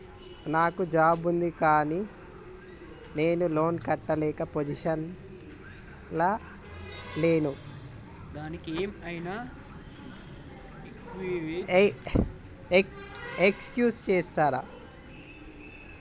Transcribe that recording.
నాకు జాబ్ ఉంది కానీ నేను లోన్ కట్టే పొజిషన్ లా లేను దానికి ఏం ఐనా ఎక్స్క్యూజ్ చేస్తరా?